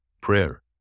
prayer